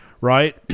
Right